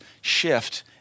shift